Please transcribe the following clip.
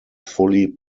fully